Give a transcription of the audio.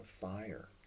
fire